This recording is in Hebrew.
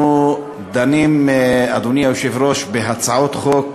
אנחנו דנים, אדוני היושב-ראש, בהצעות חוק